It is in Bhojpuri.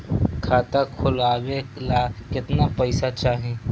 खाता खोलबे ला कितना पैसा चाही?